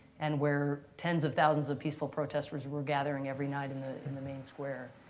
and where tens of thousands of peaceful protesters were gathering every night in the in the main square.